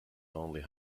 only